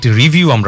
review